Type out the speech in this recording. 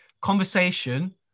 conversation